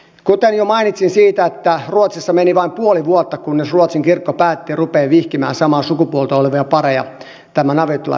kuten jo mainitsin ruotsissa meni vain puoli vuotta että ruotsin kirkko päätti ruveta vihkimään samaa sukupuolta olevia pareja tämän avioliittolain muutoksen jälkeen